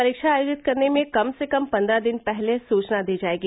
परीक्षा आयोजित करने से कम से कम पन्द्रह दिन पहले सूचना दी जाएगी